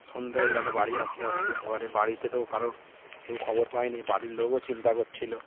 সন্ধে হয়ে গেল বাড়ি আসতে আসতে এবারে বাড়িতে তো কারোর কেউ খবর পায়নি বাড়ির লোকও চিন্তা করছিল